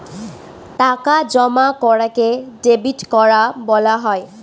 টাকা জমা করাকে ডেবিট করা বলা হয়